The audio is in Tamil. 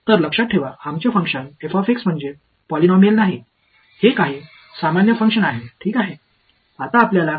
எனவே எங்கள் செயல்பாடு பாலினாமியல் அல்ல என்பதை நினைவில் கொள்ளுங்கள் இது சில பொதுவான செயல்பாடு